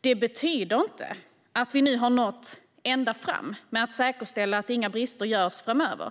Det betyder inte att vi nu nått ända fram med att säkerställa att inga brister finns framöver